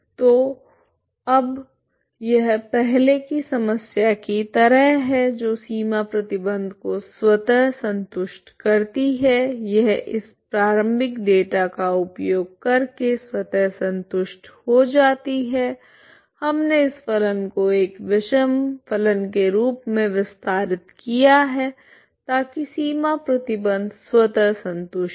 तो अब यह पहले की समस्या की तरह है जो सीमा प्रतिबंध को स्वतः संतुष्ट करती है यह इस प्रारंभिक डेटा का उपयोग करके स्वतः संतुष्ट हो जाती है हमने इस फलन को एक विषम फलन के रूप में विस्तारित किया है ताकि सीमा प्रतिबंध स्वतः संतुष्ट हो